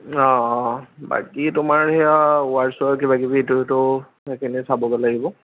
অঁ অঁ অঁ বাকী তোমাৰ সেইয়া ৱাইৰ চাইৰ কিবা কিবি ইটো সিটো সেইখিনি চাবগৈ লাগিব